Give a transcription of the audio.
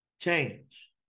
change